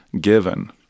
given